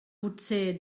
potser